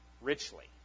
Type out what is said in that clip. richly